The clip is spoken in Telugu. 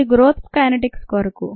అది గ్రోత్ కైనెటిక్స్ కోరకు